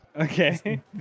Okay